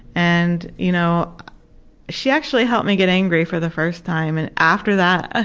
and you know she actually helped me get angry for the first time, and after that, ah